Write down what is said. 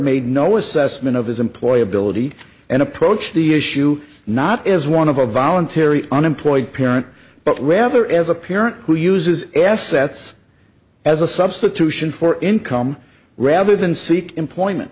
made no assessment of his employ ability and approach the issue not is one of a voluntary unemployed parent but rather as a parent who uses assets as a substitution for income rather than seek employment